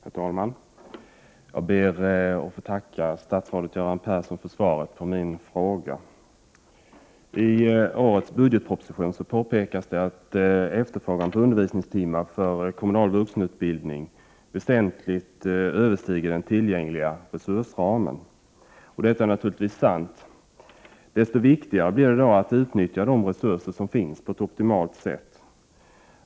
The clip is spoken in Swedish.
Herr talman! Jag ber att få tacka statsrådet Göran Persson för svaret på min fråga. I årets budgetproposition påpekas att efterfrågan på undervisningstimmar för kommunal vuxenutbildning väsentligt överstiger den tillgängliga resursramen. Detta är naturligtvis sant. Desto viktigare blir det därför att på ett optimalt sätt utnyttja de resurser som finns.